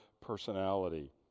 personality